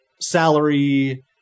salary